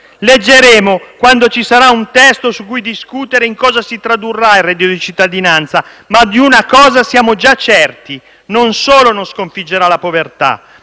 Leggeremo, quando ci sarà un testo su cui discutere, in cosa si tradurrà il reddito di cittadinanza. Ma di una cosa siamo già certi: non solo non sconfiggerà la povertà,